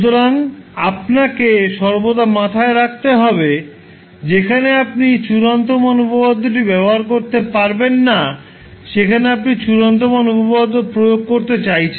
সুতরাং আপনাকে সর্বদা মাথায় রাখতে হবে যেখানে আপনি চূড়ান্ত মান উপপাদ্যটি ব্যবহার করতে পারবেন না যেখানে আপনি চূড়ান্ত মান উপপাদ্য প্রয়োগ করতে চাইছেন